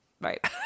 right